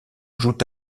jouent